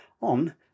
on